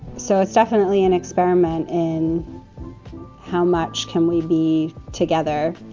so it's definitely an experiment in how much can we be together